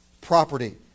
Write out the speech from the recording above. property